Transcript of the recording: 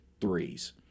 threes